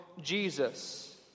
Jesus